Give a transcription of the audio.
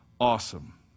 Awesome